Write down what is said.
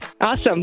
Awesome